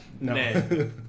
No